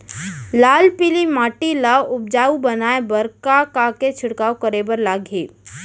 लाल पीली माटी ला उपजाऊ बनाए बर का का के छिड़काव करे बर लागही?